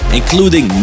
including